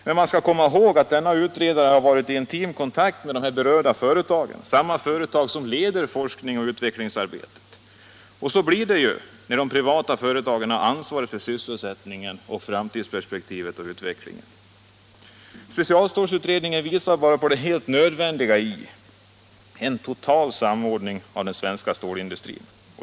Men man skall komma ihåg att denne utredare har varit i intim kontakt med berörda företag — samma företag som leder forskning och utvecklingsarbete. Så blir det när de privata företagen har ansvaret för sysselsättningen, framtidsperspektivet och utvecklingen. Specialstålsutredningen visar bara att det är helt nödvändigt med en total samordning av den svenska stålindustrin.